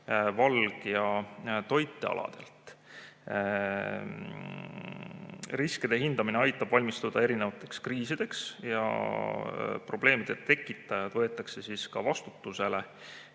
valg‑ ja toitealadelt. Riskide hindamine aitab valmistuda erinevateks kriisideks ja probleemide tekitajad võetakse ka vastutusele.